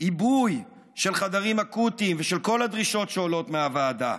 עיבוי של חדרים אקוטיים ושל כל הדרישות שעולות מהוועדה.